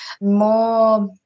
more